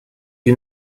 you